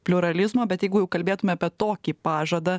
pliuralizmo bet jeigu jau kalbėtume apie tokį pažadą